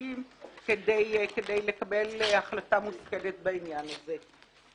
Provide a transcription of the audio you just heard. משמעותיים כדי לקבל החלטה מושכלת בעניין הזה.